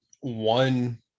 one